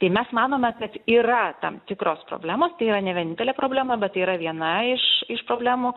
tai mes manome kad yra tam tikros problemos tai yra ne vienintelė problema bet tai yra viena iš iš problemų